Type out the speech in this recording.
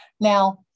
Now